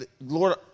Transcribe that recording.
Lord